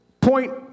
Point